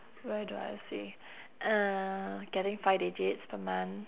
where do I see uh getting five digits per month